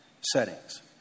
settings